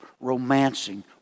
romancing